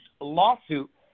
lawsuit